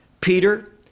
peter